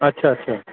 अच्छा अच्छा